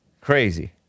Crazy